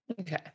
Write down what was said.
Okay